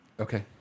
okay